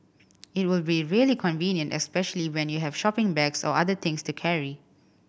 it would be really convenient especially when you have shopping bags or other things to carry